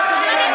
למה באתם אלינו?